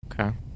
Okay